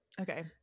Okay